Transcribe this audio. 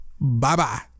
bye-bye